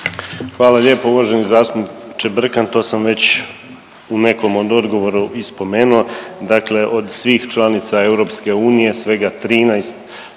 Hvala lijepo uvaženi zastupniče Brkan, to sam već u nekom od odgovora i spomenuo. Dakle, od svih članica EU svega 13